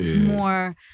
more